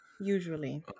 usually